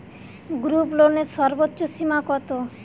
গ্রুপলোনের সর্বোচ্চ সীমা কত?